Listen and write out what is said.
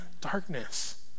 darkness